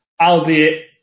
albeit